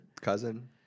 cousin